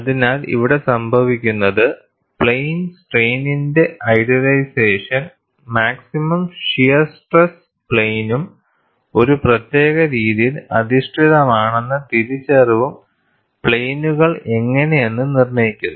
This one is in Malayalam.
അതിനാൽ ഇവിടെ സംഭവിക്കുന്നത് പ്ലെയിൻ സ്ട്രെയിനിന്റെ ഐഡിയലൈസേഷൻ മാക്സിമം ഷിയർ സ്ട്രെസ് പ്ലെയിനും ഒരു പ്രത്യേക രീതിയിൽ അധിഷ്ഠിതമാണെന്ന തിരിച്ചറിവും പ്ലെയിനുകൾ എങ്ങനെയെന്ന് നിർണ്ണയിക്കുന്നു